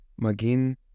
Magin